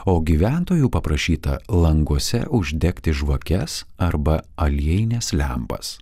o gyventojų paprašyta languose uždegti žvakes arba aliejines lempas